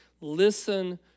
Listen